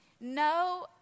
no